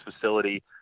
facility